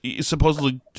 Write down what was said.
supposedly